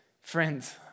friends